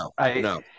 no